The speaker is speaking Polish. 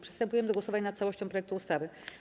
Przystępujemy do głosowania nad całością projektu ustawy.